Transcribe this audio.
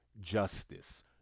justice